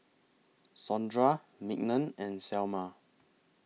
Sondra Mignon and Selma